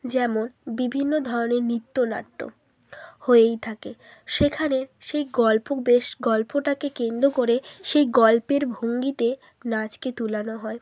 যেমন বিভিন্ন ধরনের নৃত্যনাট্য হয়েই থাকে সেখানে সেই গল্প বেশ গল্পটাকে কেন্দ্র করে সেই গল্পের ভঙ্গিতে নাচকে তুলানো হয়